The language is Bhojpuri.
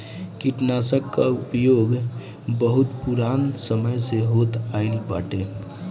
कीटनाशकन कअ उपयोग बहुत पुरान समय से होत आइल बाटे